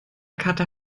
kater